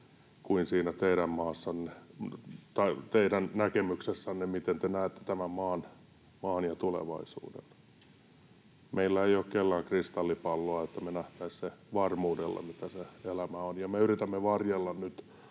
kuin siinä teidän näkemyksessänne, miten te näette tämän maan ja tulevaisuuden. Meillä ei ole kellään kristallipalloa, niin että me nähtäisiin varmuudella, mitä se elämä on, ja me yritämme varjella nyt